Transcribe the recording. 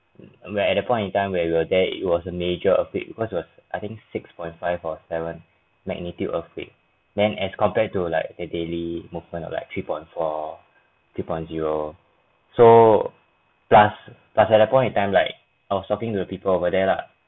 where at a point in time where we were there it was a major earthquake because it was I think six point five or seven magnitude earthquake then as compared to like the daily movement of like three point four three point zero so plus plus at that point in time like I was talking to the people over there lah